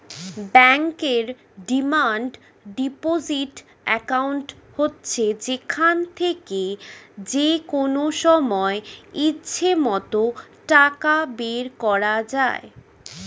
ব্যাংকের demand deposit account হচ্ছে যেখান থেকে যেকনো সময় ইচ্ছে মত টাকা বের করা যায়